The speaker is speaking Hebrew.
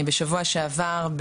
בשבוע שעבר,